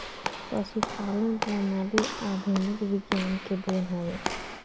पशुपालन प्रणाली आधुनिक विज्ञान के देन हवे